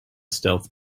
stealth